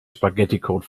spaghetticode